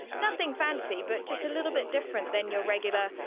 nothing fancy but just a little bit different than your regular,